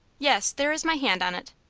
yes, there is my hand on it.